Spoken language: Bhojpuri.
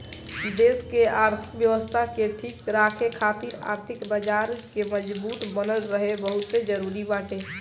देस के आर्थिक व्यवस्था के ठीक राखे खातिर आर्थिक बाजार के मजबूत बनल रहल बहुते जरुरी बाटे